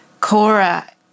Cora